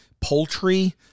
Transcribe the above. poultry